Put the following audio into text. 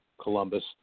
Columbus